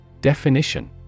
Definition